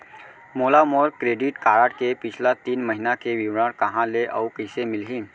मोला मोर credit card के पिछला तीन महीना के विवरण कहाँ ले अऊ कइसे मिलही?